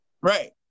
Right